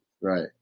Right